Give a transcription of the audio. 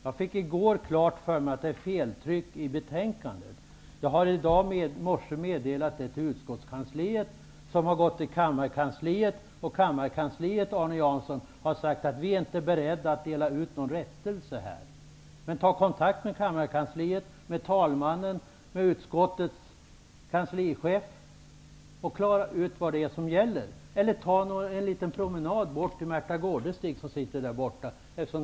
I går fick jag klart för mig att det är tryckfel i betänkandet. I morse meddelade jag utskottskansliet detta. Meddelandet gick vidare till kammarkansliet. På kammarkansliet har man, Arne Jansson, sagt att man inte är beredd att dela ut någon rättelse. Jag uppmanar Arne Jansson att ta kontakt med kammarkansliet, med talmannen och med utskottets kanslichef för att klara ut vad som gäller. Arne Jansson kan även ta en promenad bort till Märtha Gårdestig, som sitter här i kammaren.